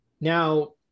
Now